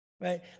right